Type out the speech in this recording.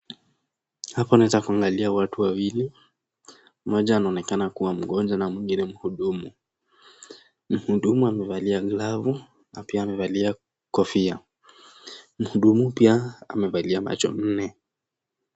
Hapa naeza kuangalia watu wawili mmoja anaonekana kua mgonjwa na mwingine mhudumu, mhudumu amevalia glavu na pia amevalia kofia, mhudumu pia amevalia macho nne.